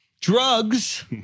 Drugs